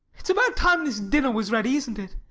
it's about time this dinner was ready, isn't it?